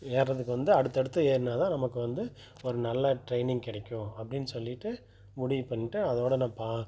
ஏறுவதுக்கு வந்து அடுத்தடுத்து ஏறினா தான் நமக்கு வந்து ஒரு நல்லா ட்ரெயினிங் கிடைக்கும் அப்படின்னு சொல்லிவிட்டு முடிவு பண்ணிட்டு அதோட நான் பா